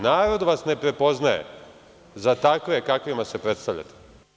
Narod vas ne prepoznaje za takve kakvima se predstavljate.